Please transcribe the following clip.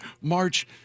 march